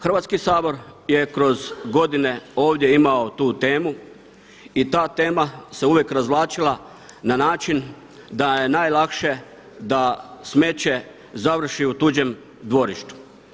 Hrvatski sabor je kroz godine ovdje imao tu temu i ta tema se uvijek razvlačila na način da je najlakše da smeće završi u tuđem dvorištu.